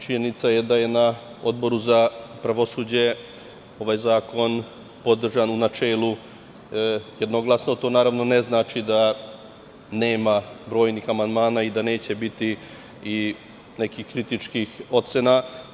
Činjenica je da je na Odboru za pravosuđe ovaj zakon podržan u načelu jednoglasno, ali to naravno ne znači da nema brojnih amandmana i da neće biti i nekih kritičkih ocena.